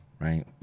right